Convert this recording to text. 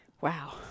Wow